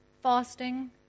fasting